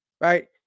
right